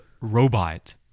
robot